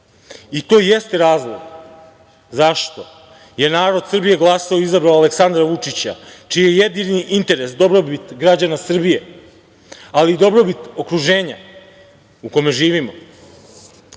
i to jeste razlog zašto je narod Srbije glasao i izabrao Aleksandra Vučića, čiji je jedini interes dobrobit građana Srbije, ali i dobrobit okruženja, u kome živimo. Takođe